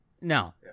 No